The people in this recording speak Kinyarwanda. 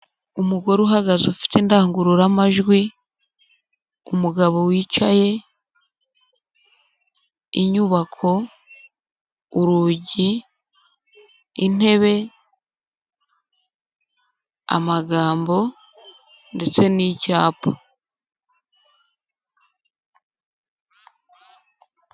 Umugore uhagaze ufite indangururamajwi, umugabo wicaye, inyubako, urugi, intebe, amagambo ndetse n'icyapa.